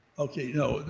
okay no,